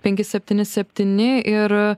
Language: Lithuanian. penki septyni septyni ir